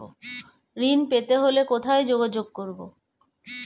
ঋণ পেতে হলে কোথায় যোগাযোগ করব?